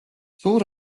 სულ